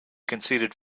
conceded